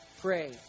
pray